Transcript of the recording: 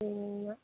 ಹ್ಞೂ